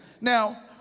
now